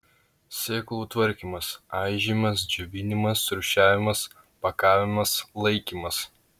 sėklų tvarkymas aižymas džiovinimas rūšiavimas pakavimas laikymas